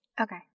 Okay